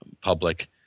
public